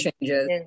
changes